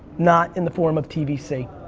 not in the form of tvc.